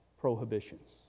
prohibitions